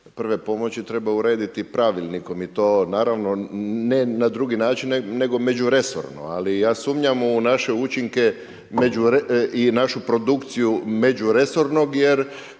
prve pomoći treba urediti pravilnikom i to naravno ne na drugi način, nego međuresorno. Ali ja sumnjam u naše učinke i našu produkciju međuresornog jer